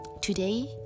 today